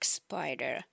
spider